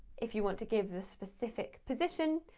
if you want to give the specific position,